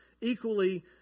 equally